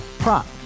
Prop